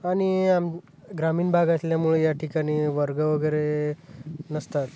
आणि आम ग्रामीण भाग असल्यामुळे या ठिकाणी वर्ग वगैरे नसतात